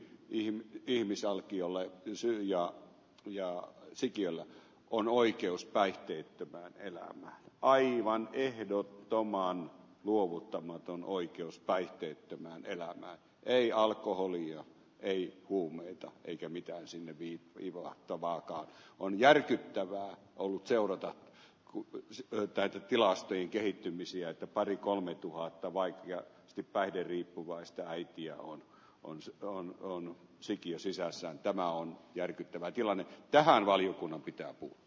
neljän ihmisalkiolle syyria ja sikiöllä on oikeus vaikkei tämä elämä aivan ehdottomaan luovuttamaton oikeus päihteettömään elämä ei alkoholia ei huumeita eikä mikään sinne viit vivahtavaakaan on järkyttävää ollut seurata koko yksi täyttääkin tilastojen kehittymisiä että pari kolmetuhatta vaikeat päihderiippuvaista äitiä on olisikohan on sikiö sisässä tämä on järkyttävä tilanne tähän valiokunnan pitää puhua